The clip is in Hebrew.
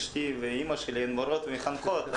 אשתי ואימא שלי הן מורות ומחנכות,